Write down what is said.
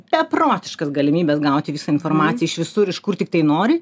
beprotiškas galimybes gauti visą informaciją iš visur iš kur tiktai nori